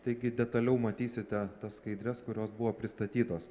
taigi detaliau matysite tas skaidres kurios buvo pristatytos